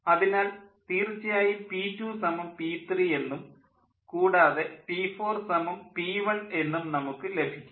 അതിനാൽ തീർച്ചയായും പി2 സമം പി3 p2p3 എന്നും കൂടാതെ പി4 സമം പി1 P4P1 എന്നും നമുക്ക് ലഭിക്കും